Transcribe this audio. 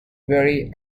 very